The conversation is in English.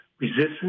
resistance